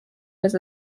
was